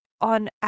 on